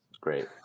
great